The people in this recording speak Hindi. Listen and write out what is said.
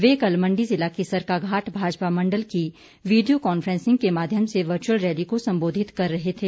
वे कल मंडी जिला के सरकाघाट भाजपा मंडल की वीडियो कांफ्रेंसिंग के माध्यम से वर्चुअल रैली को सम्बोधित कर रह थे